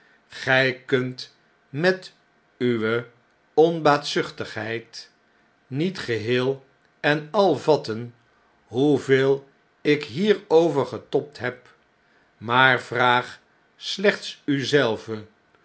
gjj kunt met uwe onbaatzuchtigheid met geheel en al vatten hoeveel ik hierover getobd heb maar vraag slechts u